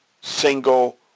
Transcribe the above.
single